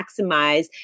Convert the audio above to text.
maximize